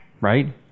Right